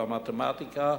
ומתמטיקה,